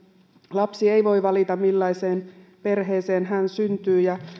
lapsi ei voi valita millaiseen perheeseen hän syntyy tämä nimenomaan